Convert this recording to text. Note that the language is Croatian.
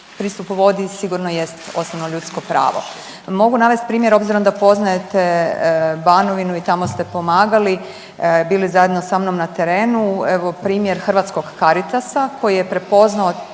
pristup vodi sigurno jest osnovno ljudsko pravo. Mogu navest primjer obzirom da poznajete Banovinu i tamo ste pomagali, bili zajedno sa mnom na terenu, evo primjer Hrvatskog Caritasa koji je prepoznao